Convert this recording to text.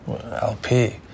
LP